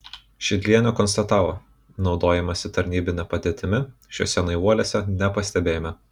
šidlienė konstatavo naudojimosi tarnybine padėtimi šituose naivuoliuose nepastebėjome